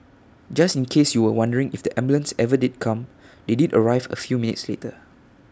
just in case you were wondering if the ambulance ever did come they did arrive A few minutes later